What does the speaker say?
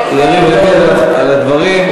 אני מודה לך על השאלה.